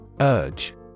Urge